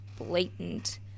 blatant